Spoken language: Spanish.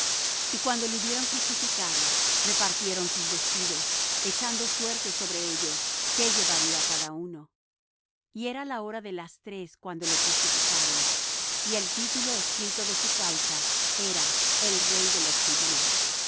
y cuando le hubieron crucificado repartieron sus vestidos echando suertes sobre ellos qué llevaría cada uno y era la hora de las tres cuando le crucificaron y el título escrito de su causa era el rey de los judios